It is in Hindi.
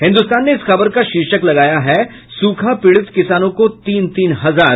हिन्दुस्तान ने इस खबर का शीर्षक लगाया है सूखा पीड़ित किसानों को तीन तीन हजार